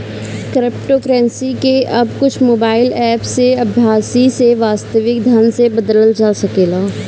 cryptocurrency के अब कुछ मोबाईल एप्प से आभासी से वास्तविक धन में बदलल जा सकेला